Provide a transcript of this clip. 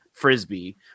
frisbee